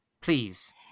Please